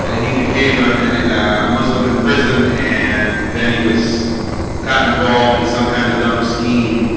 ah he became a and muslim in prison and then he was got involved in some kind of dumb scheme